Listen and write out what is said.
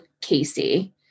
Casey